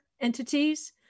entities